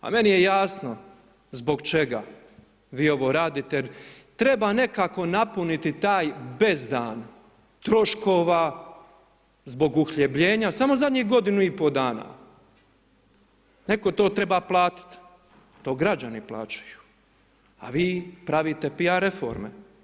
A meni je jasno zbog čega vi ovo radite, jer treba nekako napuniti taj bezdan troškova, zbog uhljebljenja samo u zadnjih godinu i po' dana, netko to treba platit', to građani plaćaju, a vi pravite PR reforme.